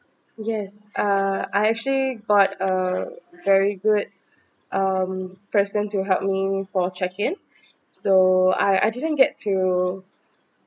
yes uh I actually got a very good um person to help me for check in so I I didn't get to